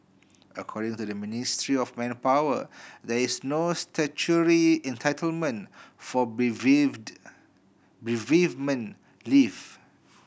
according to the Ministry of Manpower there is no statutory entitlement for bereaved bereavement leave